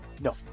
No